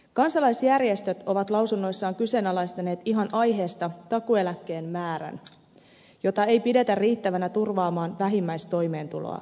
kansalaisjärjestöt ovat lausunnoissaan kyseenalaistaneet ihan aiheesta takuueläkkeen määrän jota ei pidetä riittävänä turvaamaan vähimmäistoimeentuloa